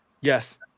Yes